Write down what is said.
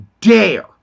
dare